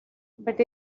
but